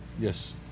Yes